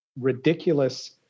ridiculous